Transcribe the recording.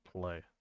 play